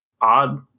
odd